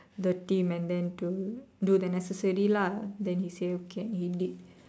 the team and then to do the necessary lah then he say okay he did